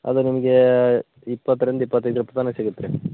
ಅದು ನಿಮಗೆ ಇಪ್ಪತ್ರಿಂದ ಇಪ್ಪತ್ತೈದು ರೂಪಾಯಿ ತನಕ ಸಿಗತ್ತೆ ರೀ